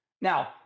Now